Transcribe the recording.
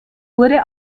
wurde